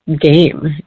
game